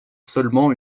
seulement